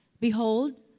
Behold